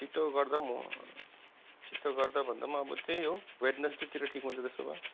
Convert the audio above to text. छिटो गर्दा पनि छिटो गर्दा भन्दा पनि अब त्यही हो वेडन्सडेतिर ठिक हुन्छ त्यसो भए